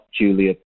Julia